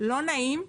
לא נעים,